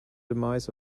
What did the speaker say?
demise